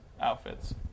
outfits